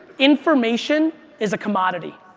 information is a commodity.